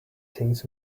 things